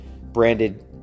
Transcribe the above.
branded